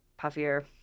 puffier